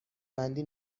بندی